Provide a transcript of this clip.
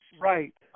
right